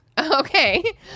Okay